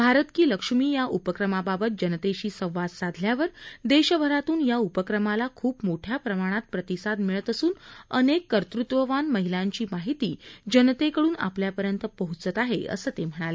भारत की लक्ष्मी या उपक्रमाबाबत जनतेशी संवाद साधल्यावर देशभरातून या उपक्रमाला खूप मोठ्या प्रमाणात प्रतिसाद मिळत असून अनेक कर्तृत्ववान महिलांची माहिती जनतेकडून आपल्यापर्यंत पोहोचत आहे असं ते म्हणाले